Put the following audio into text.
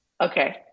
Okay